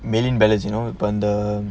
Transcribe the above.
million balance you know from the